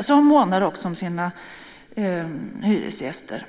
som också månar om sina hyresgäster.